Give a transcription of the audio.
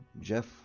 Jeff